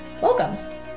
Welcome